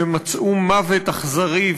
שמצאו מוות אכזרי,